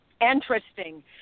Interesting